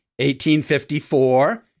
1854